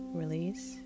release